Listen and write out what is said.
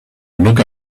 look